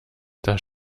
das